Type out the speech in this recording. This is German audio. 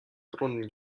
brunnen